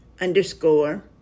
underscore